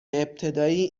ابتدایی